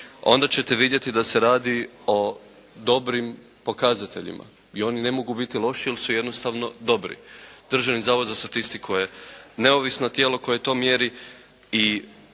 onda ćete vidjeti da se radi o dobrim pokazateljima i oni ne mogu biti loši jer su jednostavno dobri. Državni zavod za statistiku je neovisno tijelo koje to mjeri